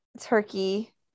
turkey